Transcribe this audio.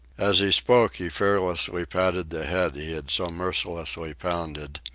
as he spoke he fearlessly patted the head he had so mercilessly pounded,